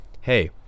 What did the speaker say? hey